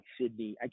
Sydney